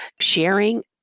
sharing